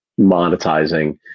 monetizing